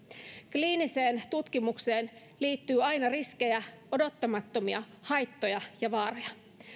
kliiniseen tutkimukseen liittyy aina riskejä odottamattomia haittoja ja vaaroja